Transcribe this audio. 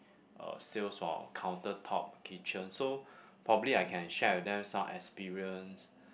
uh sales for counter top kitchen so probably I can share with them some experience